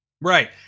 Right